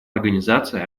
организации